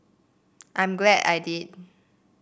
I'm glad I did